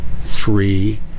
three